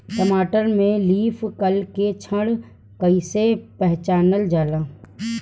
टमाटर में leaf curl के लक्षण कइसे पहचानल जाला?